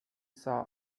saw